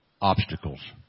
obstacles